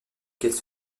qu’elle